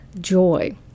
joy